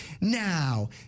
now